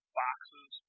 boxes